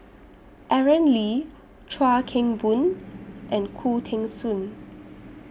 Aaron Lee Chuan Keng Boon and Khoo Teng Soon